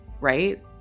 right